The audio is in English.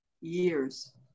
years